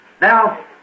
Now